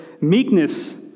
meekness